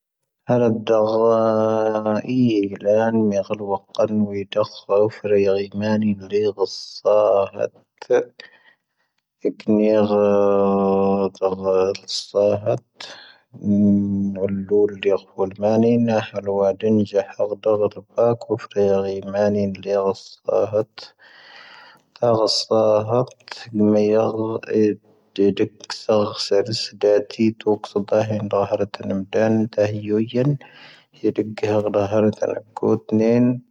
ⵀⴰ ⵔⴰ ⴷⴰⵔⴰ'ⵉ ⵉⵍⴰⵏ ⵎⴻⵀ'ⴰⵍ ⵡⴰⵇⴰⵏ ⵡⴰ'ⵉ ⵜⴰⴽⵀ ⵡⴰ'ⵓ ⴼⵉⵔⴰ ⵢⴻⵔⴻ ⵎⴰⵏⵉ ⵏⵍⴻ'ⵉ ⵔⵙⴰ'ⴰⵜ. ⴻⴽ ⵏⴻⵔⴻ ⴷⴰⵔⴰ'ⵉ ⵔⵙⴰ'ⴰⵜ. ⵏ'ⵓ ⵍⵓⵍ ⵍⵉ'ⵉ ⵔⵇⵓⵍ ⵎⴰⵏⵉ ⵏⴰ ⵀⴰⵍ ⵡⴰ'ⵓ ⴰⴷⵉⵏⵊⴰⵀⴰ ⵔⴷⴰ ⴷⴰⵔⴰ'ⵉ ⴱⴰⴽⵓ ⴼⵉⵔⴰ ⵢⴻⵔⴻ ⵎⴰⵏⵉ ⵏⵍⴻ'ⵉ ⵔⵙⴰ'ⴰⵜ.